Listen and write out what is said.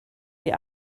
die